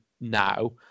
now